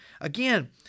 Again